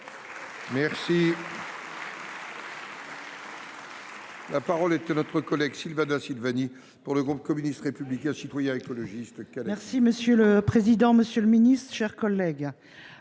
veillera. La parole est à notre collègue Sylvana Silvani pour le groupe communiste républicain citoyen écologiste.